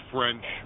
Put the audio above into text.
French